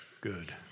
good